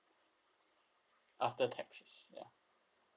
after taxes ya